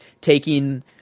taking